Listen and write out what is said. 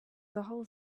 whole